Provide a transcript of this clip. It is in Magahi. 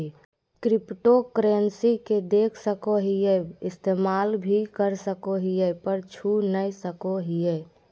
क्रिप्टोकरेंसी के देख सको हीयै इस्तेमाल भी कर सको हीयै पर छू नय सको हीयै